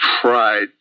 Pride